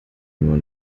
nur